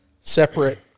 separate